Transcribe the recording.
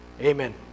Amen